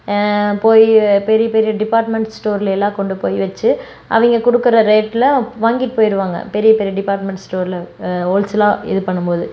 பெரிய பெரிய பெரிய டிபார்ட்மென்ட் ஸ்டோர்லேலாம் கொண்டு போய் வச்சு அவங்க கொடுக்குற ரேட்ல வாங்கிட்டு போய்டுவாங்க பெரிய பெரிய டிபார்ட்மென்ட் ஸ்டோர்ல ஹோல் சேலாக இது பண்ணும்போது